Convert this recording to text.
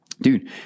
Dude